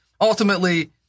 ultimately